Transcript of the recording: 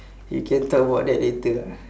you can talk about that later ah